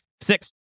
Six